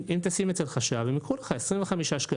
אם תשים אצל חש"ב הם ייקחו לך 25 שקלים.